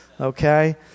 Okay